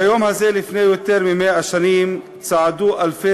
ביום הזה לפני יותר מ-100 שנים צעדו אלפי